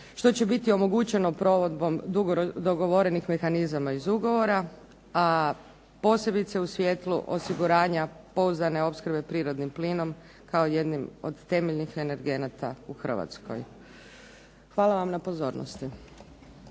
što će biti omogućeno provedbom dogovorenih mehanizama iz ugovora, a posebice u svjetlu osiguranja pouzdane opskrbe prirodnih plinom kao jednim od temeljnih energenata u Hrvatskoj. Hvala vam na pozornosti.